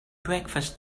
breakfast